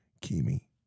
Kimi